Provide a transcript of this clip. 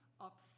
up